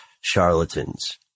charlatans